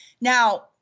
Now